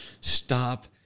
Stop